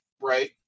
right